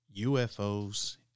UFOs